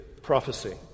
prophecy